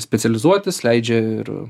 specializuotis leidžia ir